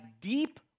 deep